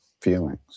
feelings